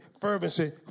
fervency